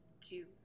two